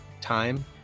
time